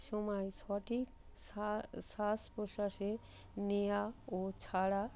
সময় সঠিক শ্বাস প্রশ্বাস নেওয়া ও ছাড়া